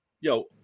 yo